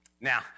Now